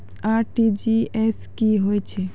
RTGS की होय छै?